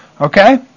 Okay